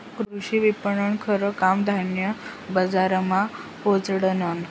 कृषी विपणननं खरं काम धान्य बजारमा पोचाडनं